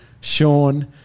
Sean